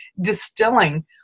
distilling